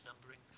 numbering